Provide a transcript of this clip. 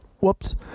whoops